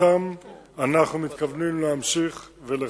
שאותם אנחנו מתכוונים להמשיך לכבד.